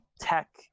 tech